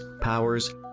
powers